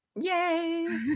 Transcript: Yay